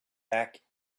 back